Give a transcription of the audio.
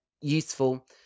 useful